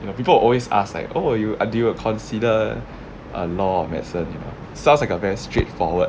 you know people always ask like oh you do you consider law or medicine you know sounds like a very straightforward